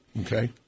Okay